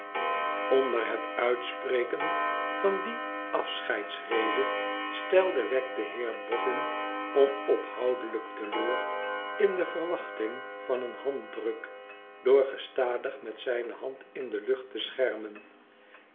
onder het uitspreken van die afscheidsrede stelde wegg den heer boffin onophoudelijk te leur in de verwachting van een handdruk door gestadig met zijne hand in de lucht te schermen